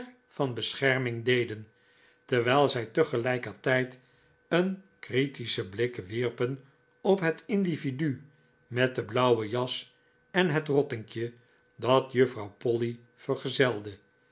van bescherming deden terwijl zij tegelijkertijd een critischen blik wierpen op het individu met de blauwe jas en het rottinkje dat juffrouw polly vergezelde